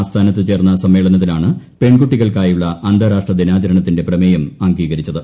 ആസ്ഥാനത്തു ചേർന്ന സമ്മേളനത്തിലാണ് പെൺകുട്ടികൾക്കായുള്ള അന്താരാഷ്ട്ര ദിനാചരണത്തിന്റെ പ്രമേയം അംഗീകരിച്ചത്